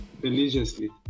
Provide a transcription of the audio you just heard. Religiously